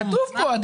כתוב כאן.